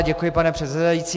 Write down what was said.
Děkuji, pane předsedající.